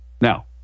Now